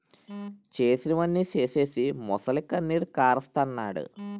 చేసినవన్నీ సేసీసి మొసలికన్నీరు కారస్తన్నాడు